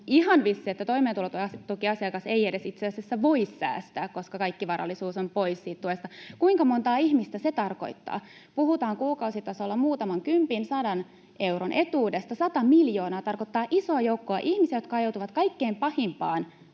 ihan vissi, että toimeentulotukiasiakas ei itse asiassa edes voi säästää, koska kaikki varallisuus on pois siitä tuesta. Kuinka montaa ihmistä se tarkoittaa? Puhutaan kuukausitasolla muutaman kympin—sadan euron etuudesta. Sata miljoonaa tarkoittaa isoa joukkoa ihmisiä, jotka ajautuvat kaikkein pahimpaan